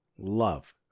love